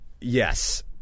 Yes